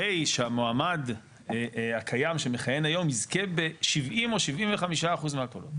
הרי שהמועמד הקיים שמכהן כיום יזכה ב-70% או 75% מהקולות.